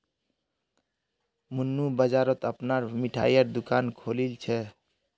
मन्नू बाजारत अपनार मिठाईर दुकान खोलील छ